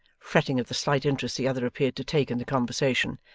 fretting at the slight interest the other appeared to take in the conversation.